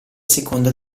seconda